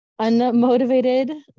unmotivated